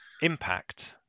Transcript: Impact